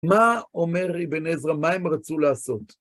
מה אומר אבן עזרא? מה הם רצו לעשות?